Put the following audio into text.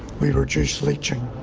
we reduce leaching.